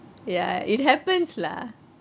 ya it happens lah